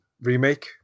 remake